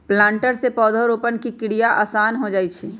planter से पौधरोपण के क्रिया आसान हो जा हई